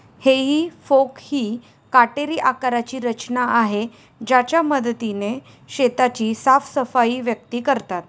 हेई फोक ही काटेरी आकाराची रचना आहे ज्याच्या मदतीने शेताची साफसफाई व्यक्ती करतात